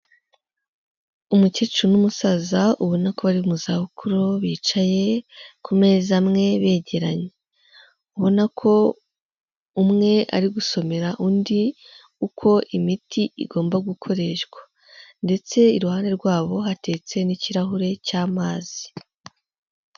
Umukecuru n'umusaza ubona ko bari mu zabukuru bicaye ku meza amwe begeranye, ubona ko umwe ari gusomera undi uko imiti igomba gukoreshwa ndetse iruhande rwabo hateretse n'ikirahure cy'amazi.